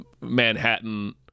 Manhattan